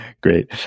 Great